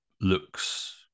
looks